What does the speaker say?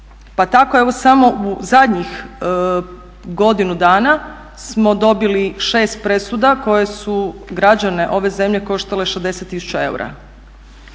pa tako evo samo u zadnjih godinu dana smo dobili 6 presuda koje su građane ove zemlje koštale 60 tisuća eura.